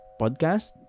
podcast